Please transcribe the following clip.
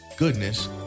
goodness